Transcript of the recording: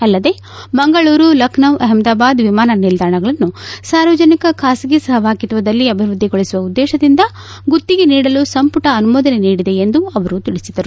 ಅಲ್ಲದೆ ಮಂಗಳೂರು ಲಖನೌ ಅಹಮದಾಬಾದ್ ವಿಮಾನ ನಿಲ್ದಾಣಗಳನ್ನು ಸಾರ್ವಜನಿಕ ಖಾಸಗಿ ಸಹಭಾಗಿತ್ವದಲ್ಲಿ ಅಭಿವೃದ್ದಿಗೊಳಿಸುವ ಉದ್ದೇಶದಿಂದ ಗುತ್ತಿಗೆ ನೀಡಲು ಸಂಪುಟ ಅನುಮೋದನೆ ನೀಡಿದೆ ಎಂದು ಅವರು ತಿಳಿಸಿದರು